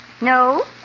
No